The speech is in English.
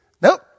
Nope